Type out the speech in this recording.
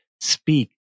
speak